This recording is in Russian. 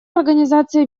организации